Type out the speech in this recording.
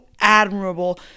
admirable